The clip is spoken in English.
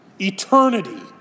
eternity